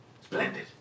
splendid